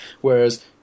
whereas